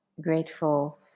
grateful